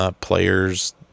players